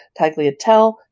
tagliatelle